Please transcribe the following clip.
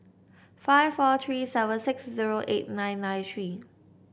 five four three seven six zero eight nine nine three